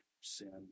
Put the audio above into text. sin